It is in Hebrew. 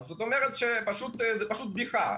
זאת אומרת, זאת פשוט בדיחה.